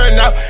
now